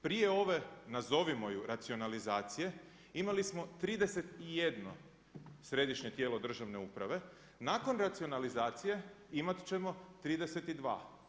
Prije ove nazovimo ju racionalizacije imali smo 31 središnje tijelo državne uprave, nakon racionalizacije imati ćemo 32.